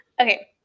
Okay